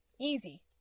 easy